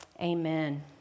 amen